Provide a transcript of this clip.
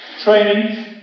Training